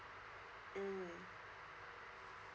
mm